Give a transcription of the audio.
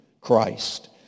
Christ